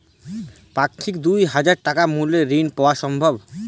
পাক্ষিক দুই হাজার টাকা মূল্যের ঋণ পাওয়া সম্ভব?